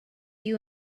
you